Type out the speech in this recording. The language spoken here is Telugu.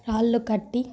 రాళ్ళు కట్టి